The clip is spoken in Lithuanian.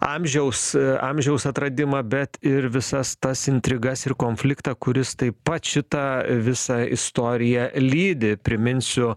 amžiaus amžiaus atradimą bet ir visas tas intrigas ir konfliktą kuris taip pat šitą visą istoriją lydi priminsiu